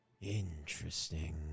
interesting